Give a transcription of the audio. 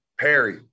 Perry